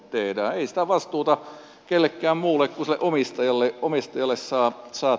ei sitä vastuuta kenellekään muulle kuin sille omistajalle saa tehtyä